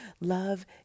love